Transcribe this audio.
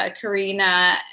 Karina